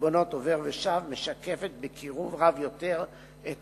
בחשבונות עובר ושב משקפת בקירוב רב יותר את